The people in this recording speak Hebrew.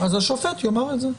אז השופט יאמר את זה.